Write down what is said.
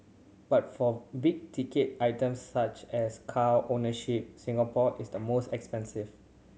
but for big ticket items such as car ownership Singapore is the most expensive